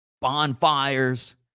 Bonfires